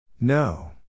No